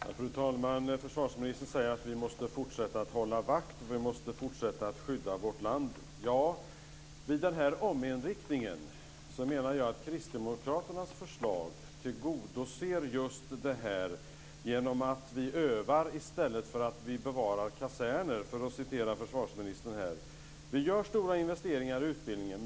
Fru talman! Försvarsministern säger att vi måste fortsätta att hålla vakt och att vi måste fortsätta att skydda vårt land. Vid den här ominriktningen menar jag att kristdemokraternas förslag tillgodoser just detta genom att vi övar i stället för att bevara kaserner, för att citera försvarsministern. Vi gör stora investeringar i utbildningen.